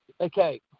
okay